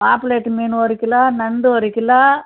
பாப்புலேட்டு மீன் ஒரு கிலோ நண்டு ஒரு கிலோ